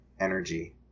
energy